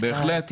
אנחנו